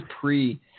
pre